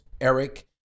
Eric